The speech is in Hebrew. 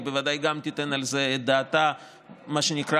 היא ודאי גם תיתן את דעתה על זה בלייב, מה שנקרא,